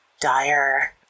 dire